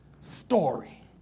Story